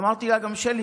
אמרתי לה גם: שלי,